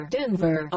Denver